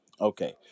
Okay